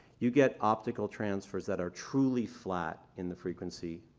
you get optical transfers that are truly flat in the frequency